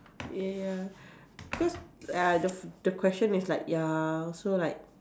ya cause uh the the question is like ya so like